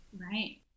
Right